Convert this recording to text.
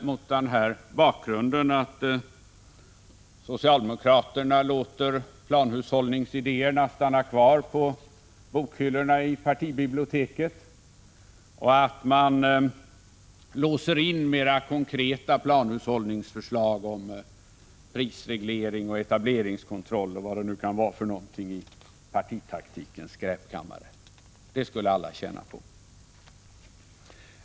Mot denna bakgrund hoppas jag att socialdemokraterna låter planhushållningsidéerna stanna kvar på bokhyllorna i partibiblioteket och att de låser in mera konkreta planhushållningsförslag om prisreglering och etableringskontroll och vad det nu kan vara för någonting i partitaktikens skräpkammare. Det skulle alla tjäna på!